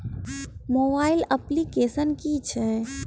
Mobile application कि छै?